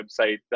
website